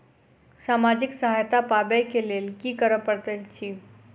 सामाजिक सहायता पाबै केँ लेल की करऽ पड़तै छी?